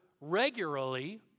regularly